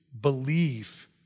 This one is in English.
believe